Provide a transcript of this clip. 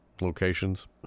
locations